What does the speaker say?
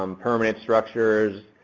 um permanent structures,